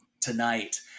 tonight